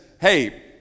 hey